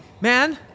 man